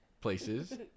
places